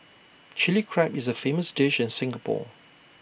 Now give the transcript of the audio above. Chilli Crab is A famous dish in Singapore